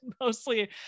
Mostly